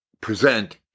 present